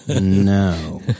no